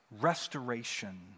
restoration